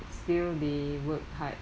still they work hard